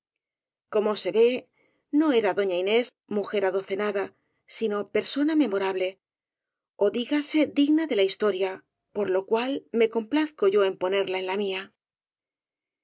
se ve no era doña inés mujer adocenada sino persona memorable ó dígase digna de la his toria por lo cual me complazco yo en ponerla en la mía